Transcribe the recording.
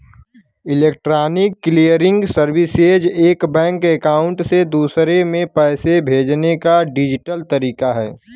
electronic clearing services एक bank account से दूसरे में पैसे भेजने का डिजिटल तरीका है